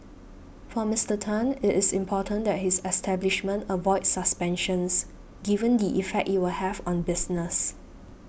for Mister Tan it is important that his establishment avoids suspensions given the effect it will have on business